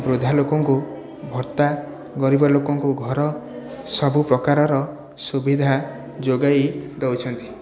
ବୃଦ୍ଧା ଲୋକଙ୍କୁ ଭତ୍ତା ଗରିବ ଲୋକଙ୍କୁ ଘର ସବୁ ପ୍ରକାରର ସୁବିଧା ଯୋଗାଇ ଦେଉଛନ୍ତି